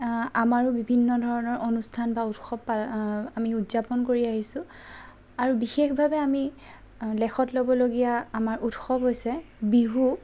আমাৰ বিভিন্ন ধৰণৰ অনুষ্ঠান বা উৎসৱ আমি উদযাপন কৰি আহিছোঁ আৰু বিশেষভাৱে আমি লেখত ল'বলগীয়া আমাৰ উৎসৱ হৈছে বিহু